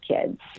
kids